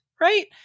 Right